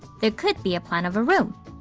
there could be a plan of a room,